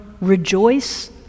rejoice